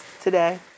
today